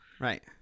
right